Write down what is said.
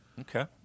okay